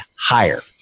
higher